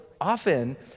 often